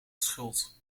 schuld